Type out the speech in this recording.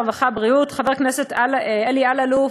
הרווחה והבריאות חבר הכנסת אלי אלאלוף,